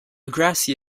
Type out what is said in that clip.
grassy